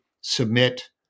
submit